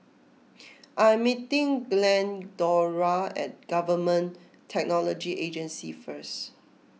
I am meeting Glendora at Government Technology Agency first